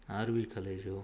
R V college